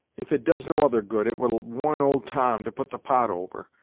if it does no other good, it will warn old tom to put the pot over,